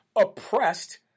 oppressed